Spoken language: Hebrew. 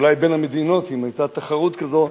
אולי בין המדינות, אם היתה תחרות כזאת,